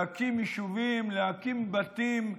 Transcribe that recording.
להקים יישובים, להקים בתים,